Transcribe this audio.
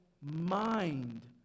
mind